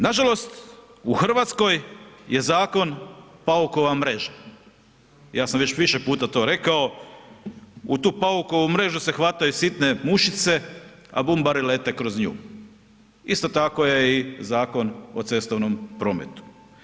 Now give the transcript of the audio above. Nažalost, u RH je zakon paukova mreža, ja sam već više puta to rekao, u tu paukovu mrežu se hvataju sitne mušice, a bumbari lete kroz nju, isto tako je i Zakon o cestovnom prometu.